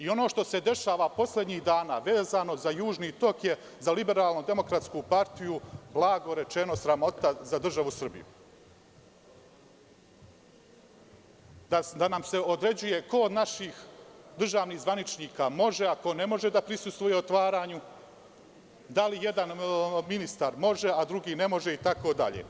Ono što se dešava poslednjih dana vezano za Južni tok je za LDP blago rečeno sramota za državu Srbiju, da nam se određuje ko od naših državnih zvaničnika može, a ko ne može da prisustvuje otvaranju, da li jedan ministar može, a drugi ne može itd.